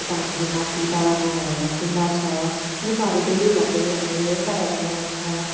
यता हाम्रो माथि डाँडा गाँउहरूमा गुम्बा छ गुम्बाहरू धेरै भएकोले हामीले ल्होसारहरू मनाउँछ